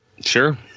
Sure